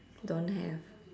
don't have